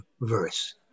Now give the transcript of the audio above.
verse